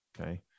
okay